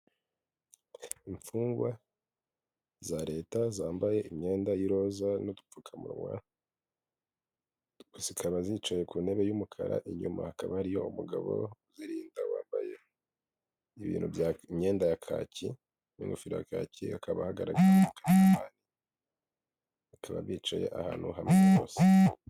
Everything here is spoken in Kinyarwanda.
Imfungwa za leta zambaye imyenda y'iroza n'udupfukamunwa, zikaba zicaye ku ntebe y'umukara inyuma hakaba ariyo umugabo uzirinda ababaye ibintu imyenda ya kaki, n'ingofero ya kaki akaba ahagaragaye n'umukamera mani, bakaba bicaye ahantu hamwe hose.